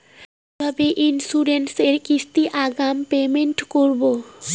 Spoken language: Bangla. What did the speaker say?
কিভাবে ইন্সুরেন্স এর কিস্তি আগাম পেমেন্ট করবো?